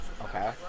Okay